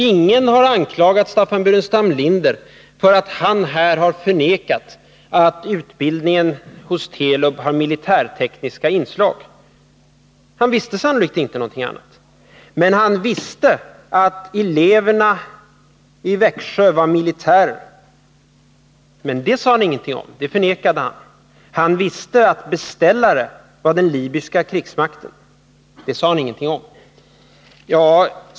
Ingen har anklagat Staffan Burenstam Linder för att han i en debatt här i kammaren förnekat att utbildningen hos Telub har militärtekniska inslag. Han visste sannolikt inte något annat. Men han visste att eleverna i Växjö var militärer. Det sade han ingenting om. Han visste att beställaren var den libyska krigsmakten. Det sade han ingenting om.